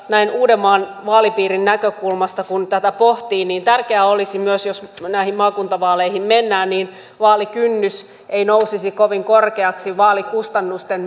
näin uudenmaan vaalipiirin näkökulmasta tätä pohtii niin tärkeää olisi myös jos näihin maakuntavaaleihin mennään että vaalikynnys ei nousisi kovin korkeaksi vaalikustannusten